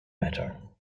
matter